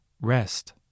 Rest